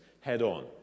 head-on